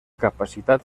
capacitat